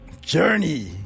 Journey